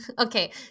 okay